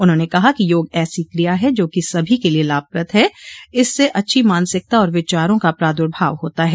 उन्होंने कहा कि योग ऐसी क्रिया है जो कि सभी के लिए लाभप्रद है इससे अच्छी मानसिकता और विचारों का प्रार्दुभाव होता है